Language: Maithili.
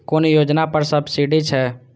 कुन योजना पर सब्सिडी छै?